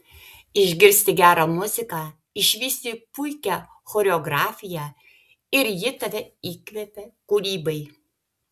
išgirsti gerą muziką išvysti puikią choreografiją ir ji tave įkvepia kūrybai